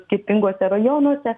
skirtinguose rajonuose